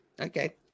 Okay